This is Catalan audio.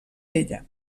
ella